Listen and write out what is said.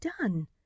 done